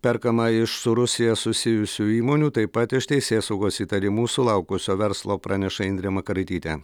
perkama iš su rusija susijusių įmonių taip pat iš teisėsaugos įtarimų sulaukusio verslo praneša indrė makaraitytė